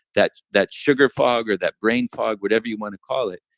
that that sugar fog or that brain fog, whatever you want to call it,